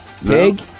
Pig